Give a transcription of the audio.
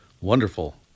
Wonderful